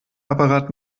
apparat